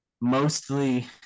mostly